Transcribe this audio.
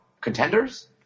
contenders